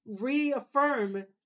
reaffirm